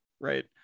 right